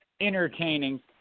entertaining